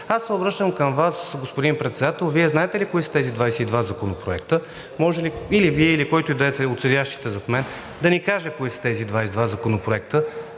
Аз се обръщам към Вас, господин Председател. Вие знаете ли кои са тези 22 законопроекта? Може ли или Вие, или който и да е от седящите зад мен да ни каже кои са тези 22 законопроекта,